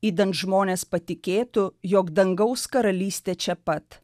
idant žmonės patikėtų jog dangaus karalystė čia pat